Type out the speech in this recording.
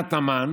משנאת המן